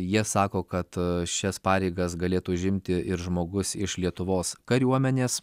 jie sako kad šias pareigas galėtų užimti ir žmogus iš lietuvos kariuomenės